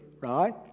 right